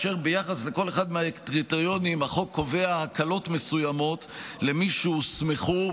ובכל אחד מהקריטריונים החוק קובע הקלות מסוימות למי שהוסמכו,